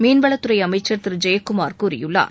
மீன்வளத்துறை அமைச்சர் திரு ஜெயக்குமார் கூறியுள்ளார்